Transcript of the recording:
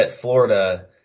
Florida